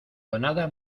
donada